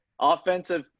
offensive